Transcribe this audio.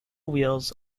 wheels